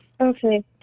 Okay